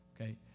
Okay